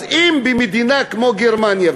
אז אם במדינה כמו גרמניה,